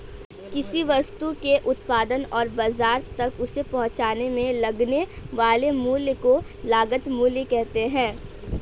किसी वस्तु के उत्पादन और बाजार तक उसे पहुंचाने में लगने वाले मूल्य को लागत मूल्य कहते हैं